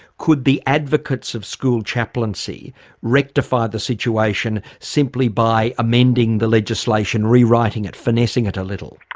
could the advocates of school chaplaincy rectify the situation simply by amending the legislation, rewriting it, finessing it a little?